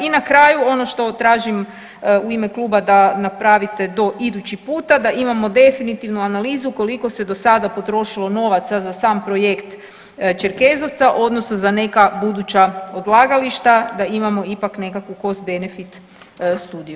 I na kraju ono što tražim u ime kluba da napravite do idući puta, da imamo definitivno analizu koliko se do sada potrošilo novaca za sam projekt Čerkezovca odnosno za neka buduća odlagališta da imamo ipak nekakvu kost benefit studiju.